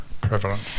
prevalent